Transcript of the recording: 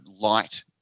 light